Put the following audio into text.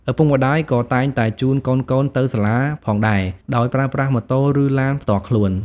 ឪពុកម្តាយក៏តែងតែជូនកូនៗទៅសាលាផងដែរដោយប្រើប្រាស់ម៉ូតូឬឡានផ្ទាល់ខ្លួន។